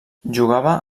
jugava